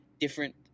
different